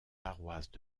paroisses